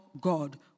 God